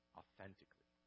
authentically